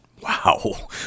wow